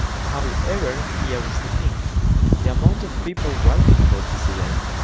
however here is the thing the amount of people writing about this event,